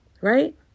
right